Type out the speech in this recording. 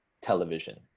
television